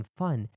fun